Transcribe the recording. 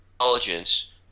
intelligence